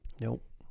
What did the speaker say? nope